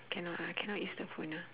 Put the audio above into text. cannot ah cannot use the phone ah